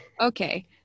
Okay